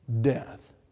Death